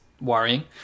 worrying